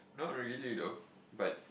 not really though but